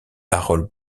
harold